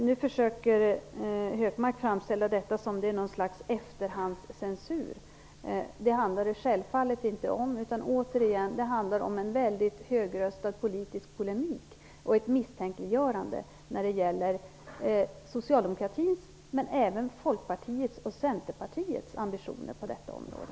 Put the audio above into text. Nu försöker Hökmark framställa detta som något slags efterhandscensur, vilket det självfallet inte handlar om. Återigen handlar det om en väldigt högröstad politisk polemik och ett misstänkliggörande när det gäller socialdemokratins men även folkpartiets och centerpartiets ambitioner på detta område.